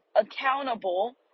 accountable